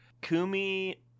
Kumi